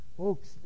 Folks